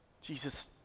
Jesus